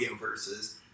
Versus